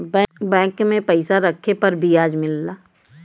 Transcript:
bank में पइसा रखे पर बियाज मिलला